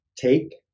take